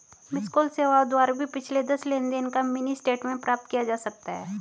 miss call सेवाओं द्वारा भी पिछले दस लेनदेन का मिनी स्टेटमेंट प्राप्त किया जा सकता है